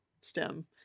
stem